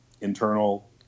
internal